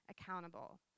accountable